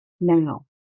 Now